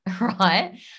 Right